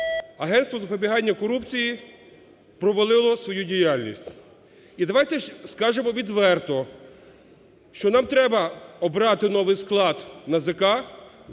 агентство з запобігання корупції провалило свою діяльність. І давайте скажемо відверто, що нам треба обрати новий склад НАЗК